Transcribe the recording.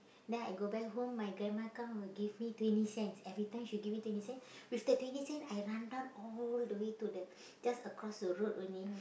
then I go back home my grandma come will give me twenty cents everytime she give me twenty cent with that twenty cent I run down all the way to the just across the road only